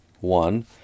one